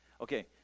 Okay